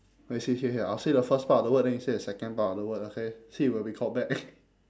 wait see here here I'll say the first part of the word then you say the second part of the word okay see if it will record back